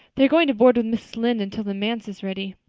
they are going to board with mrs. lynde until the manse is ready.